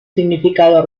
significado